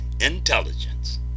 intelligence